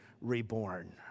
reborn